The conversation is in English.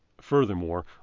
Furthermore